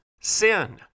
sin